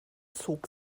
zog